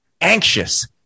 anxious